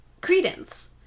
Credence